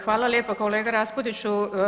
Hvala lijepa kolega Raspudiću.